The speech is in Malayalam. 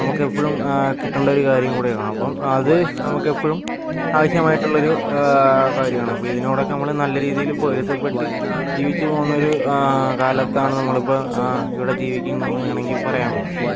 നമുക്കെപ്പോഴും കിട്ടേണ്ടൊരു കാര്യം കൂടിയാണ് അപ്പോൾ അത് നമുക്കെപ്പോഴും ആവശ്യമായിട്ടുള്ളൊരു കാര്യമാണ് ഇപ്പോൾ ഇതിനോടൊക്കെ നല്ല രീതിയില് പൊരുത്തപ്പെട്ട് ജീവിച്ചു പോകുന്നൊരു കാലത്താണ് നമ്മളിപ്പോൾ ഇവിടെ ജീവിക്കുന്നത് എന്ന് വേണമെങ്കിൽ പറയാൻ പറ്റും